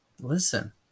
Listen